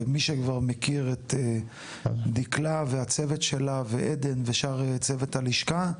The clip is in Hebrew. ומי שכבר מכיר את דקלה והצוות שלה ועדן ושאר צוות הלשכה,